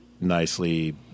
nicely